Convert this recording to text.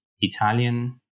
Italian